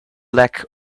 lack